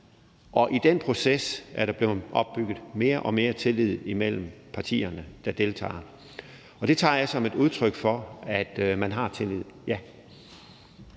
Og i den proces er der blevet opbygget mere og mere tillid imellem partierne, der deltager. Det tager jeg som et udtryk for, at man har tillid,